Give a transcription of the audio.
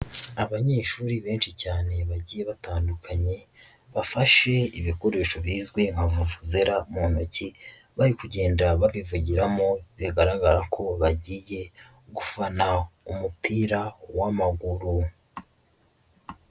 Abanyeshuri benshi cyane bagiye batandukanye, bafashe ibikoresho bizwi nka vuvuzera mu ntoki, bari kugenda babivugiramo, bigaragara ko, bagiye gufana umupira w'amaguru.